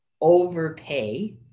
overpay